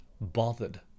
bothered